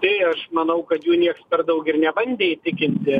tai aš manau kad jų nieks per daug ir nebandė įtikinti